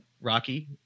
Rocky